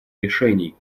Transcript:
решений